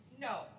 no